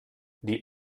die